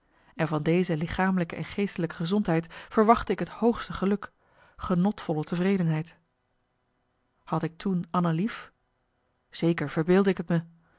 en van deze lichamelijke en geestelijke gezondheid verwachtte ik het hoogste geluk genotvolle tevredenheid had ik toen anna lief zeker verbeeldde ik t me